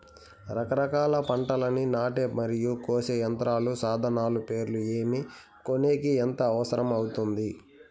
రకరకాల పంటలని నాటే మరియు కోసే యంత్రాలు, సాధనాలు పేర్లు ఏమి, కొనేకి ఎంత అవసరం అవుతుంది?